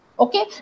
Okay